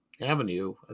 Avenue